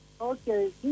Okay